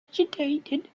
agitated